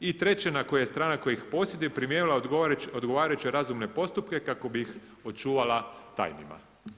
I treće na koje je strana koja ih posjeduje primijenila odgovarajuće razumne postupke kako bi ih očuvala tajnima.